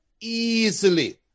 easily